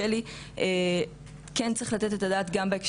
וגם בשביל שאני כאישה אדע שזה בסדר,